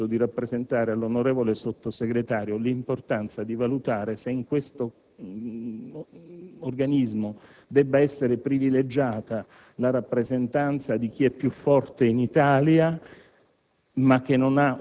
colgo però l'occasione per rappresentare all'onorevole Vice ministro l'importanza di valutare se in questo organismo debba essere privilegiata la rappresentanza di chi è più forte in Italia